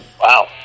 Wow